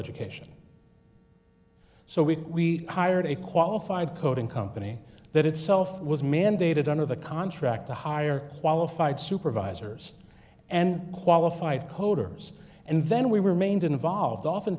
education so we hired a qualified coding company that itself was mandated under the contract to hire qualified supervisors and qualified coders and then we remained involved often